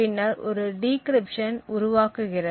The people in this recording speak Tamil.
பின்னர் ஒரு டிகிரிப்ட்ஷன் உருவாக்குகிறது